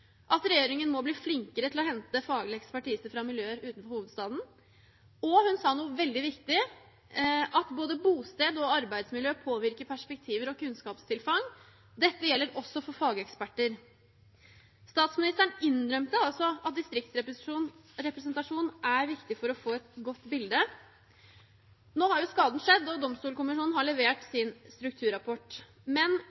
at regjeringen må bli «flinkere til å hente faglig ekspertise fra miljøer utenfor hovedstadsregionen». Og hun sa noe veldig viktig: at «både bosted og arbeidsmiljø påvirker perspektiver og kunnskapstilfang, dette gjelder også for fageksperter». Statsministeren innrømmet altså at distriktsrepresentasjon er viktig for å få et godt bilde. Nå har jo skaden skjedd, og Domstolkommisjonen har levert